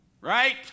Right